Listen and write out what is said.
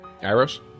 Arrows